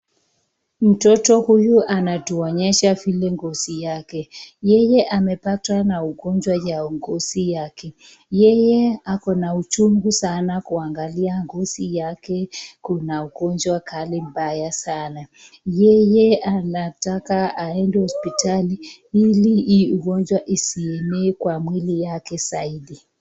Mtoto huyu anatuonyesha ngozi lake, yeye amepatwa na ugonjwa wa ngozi yake, yeye ako na uchungu sana kuangalia ngozi yake kuna ugonjwa kali mbaya sana, yeye anataka aende hospitali ili hii ugonjwa isienee kwa mwili yake zaidi.